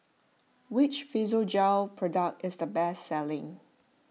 which Physiogel product is the best selling